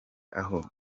aho